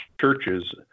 churches